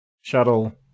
shuttle